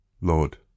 Lord